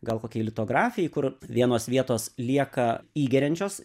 gal kokiai litografijai kur vienos vietos lieka įgeriančios